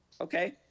Okay